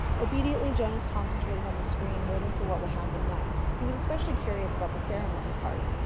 obediently jonas concentrated on the screen, waiting for what would happen next. he was especially curious about the ceremony part.